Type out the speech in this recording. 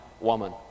woman